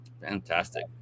fantastic